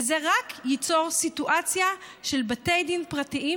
וזה רק ייצור סיטואציה של בתי דין פרטיים,